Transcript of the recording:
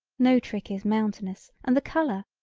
no trick is mountainous and the color,